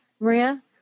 Maria